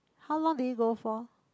how long did he go for